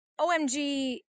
OMG